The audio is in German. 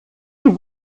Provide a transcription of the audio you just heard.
die